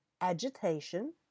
agitation